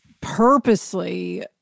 purposely